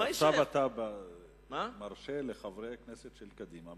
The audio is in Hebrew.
עכשיו אתה מרשה לחברי הכנסת של קדימה,